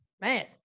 man